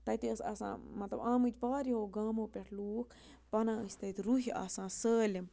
تَتہِ ٲس آسان مطلب آمٕتۍ واریاہو گامو پٮ۪ٹھ لوٗکھ بَنان ٲسۍ تَتہِ رُہہِ آسان سٲلِم